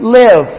live